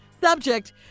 Subject